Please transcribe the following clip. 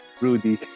Rudy